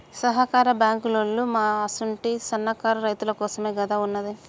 సహకార బాంకులోల్లు మా అసుంటి సన్నకారు రైతులకోసమేగదా ఉన్నది